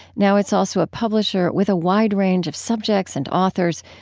now it's also a publisher with a wide range of subjects and authors,